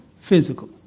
physical